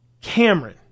Cameron